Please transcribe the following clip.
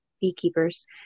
beekeepers